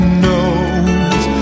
knows